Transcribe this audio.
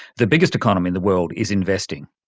the biggest economy in the world, is investing?